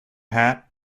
hat